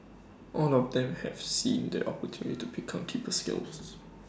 all of them have seen the opportunity to pick up deeper skills